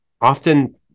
often